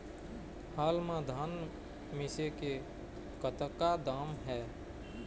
हाल मा धान मिसे के कतका दाम हे?